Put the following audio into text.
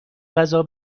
غذا